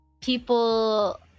people